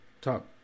top